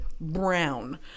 brown